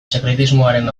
sekretismoaren